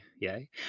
yay